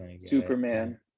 superman